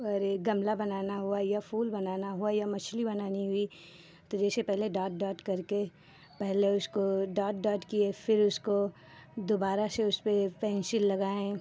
और ये गमला बनाना हुआ या फूल बनाना हुआ या मछली बनाना हुई तो जैसे पहले डॉट डॉट करके पहले उसको डॉट डॉट किए फिर उसको दोबारा से उसको पेंसिल लगाए